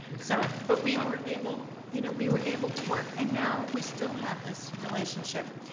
so but but we were able, you know we were able to work, and now we still have this relationship.